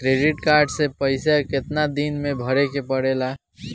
Credit card के पइसा कितना दिन में भरे के पड़ेला?